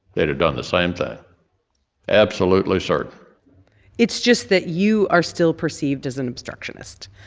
they'd have done the same thing absolutely certain it's just that you are still perceived as an obstructionist.